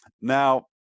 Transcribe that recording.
now